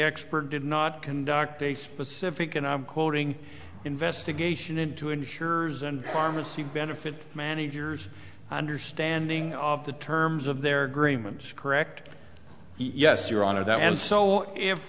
expert did not conduct a specific and i'm quoting investigation into insurers and pharmacy benefit managers understanding of the terms of their agreements correct yes your honor that and so if